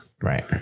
Right